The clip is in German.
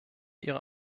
ihre